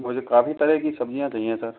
मुझे काफ़ी तरह की सब्ज़ियाँ चाहिए सर